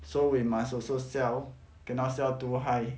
so we must also sell cannot sell too high